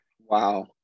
Wow